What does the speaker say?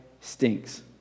stinks